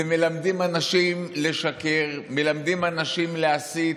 מלמדים אנשים לשקר, מלמדים אנשים להסית,